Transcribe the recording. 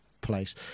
place